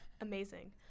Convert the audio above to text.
Amazing